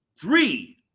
three